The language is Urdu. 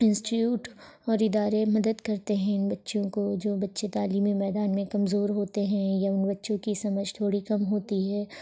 انسٹیوٹ اور ادارے مدد کرتے ہیں ان بچیوں کو جو بچے تعلیمی میدان میں کمزور ہوتے ہیں یا ان بچوں کی سمجھ تھوڑی کم ہوتی ہے